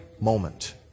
moment